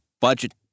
budget